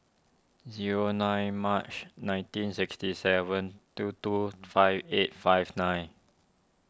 zero nine March nineteen sixty seven two two five eight five nine